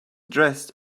dressed